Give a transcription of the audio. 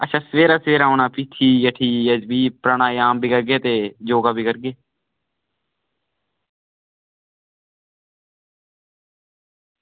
अच्छा सबेरै सबेरै औना भी शामीं औना ठीक ऐ भी योगा बी करगे